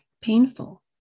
Painful